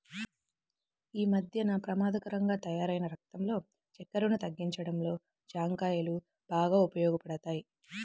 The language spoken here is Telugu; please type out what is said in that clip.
యీ మద్దెన పెమాదకరంగా తయ్యారైన రక్తంలో చక్కెరను తగ్గించడంలో జాంకాయలు బాగా ఉపయోగపడతయ్